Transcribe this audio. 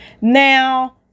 now